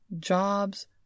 jobs